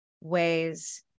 ways